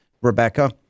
Rebecca